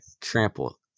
Trample